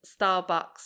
Starbucks